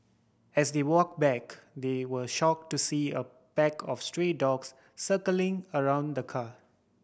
as they walk back they were shock to see a pack of stray dogs circling around the car